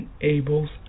enables